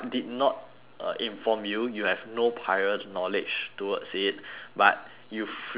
uh inform you you have no prior knowledge towards it but you freely